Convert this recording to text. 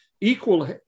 equal